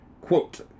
quote